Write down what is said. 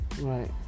Right